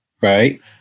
Right